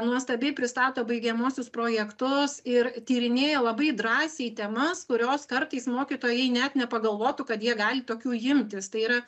nuostabiai pristato baigiamuosius projektus ir tyrinėja labai drąsiai temas kurios kartais mokytojai net nepagalvotų kad jie gali tokių imtis tai yra